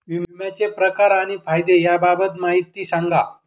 विम्याचे प्रकार आणि फायदे याबाबत माहिती सांगा